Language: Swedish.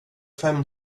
fem